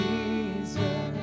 Jesus